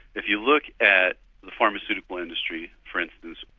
if you look at the pharmaceutical industry for instance,